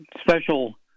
special